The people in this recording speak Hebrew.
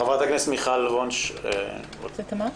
חברת הכנסת מיכל קוטלר וונש, בבקשה.